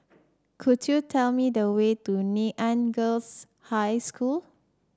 could you tell me the way to Nanyang Girls' High School